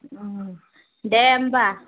दे होमब्ला